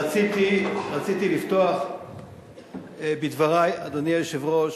אבל רציתי לפתוח את דברי, אדוני היושב-ראש,